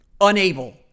Unable